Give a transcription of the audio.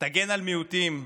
תגן על מיעוטים,